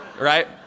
right